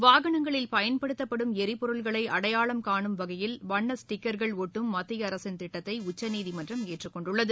வாகனங்களில் பயன்படுத்தப்படும் எரிபொருள்களைஅடையாளம் காணும் வகையில் வண்ண ஸ்டிக்கா்கள் ஒட்டும் மத்தியஅரசின் திட்டத்தைஉச்சநீதிமன்றம் ஏற்றுக் கொண்டுள்ளது